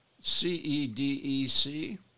C-E-D-E-C